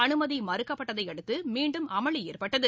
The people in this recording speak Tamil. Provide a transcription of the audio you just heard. அனுமதி மறுக்கப்பட்டதையடுத்து மீண்டும் அமளி ஏற்பட்டது